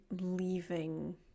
leaving